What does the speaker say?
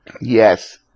Yes